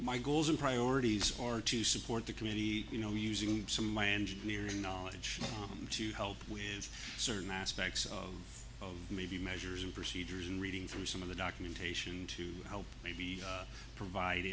my goals and priorities are to support the community you know using some of my engineering knowledge to help with certain aspects of of maybe measures and procedures in reading from some of the documentation to help maybe provide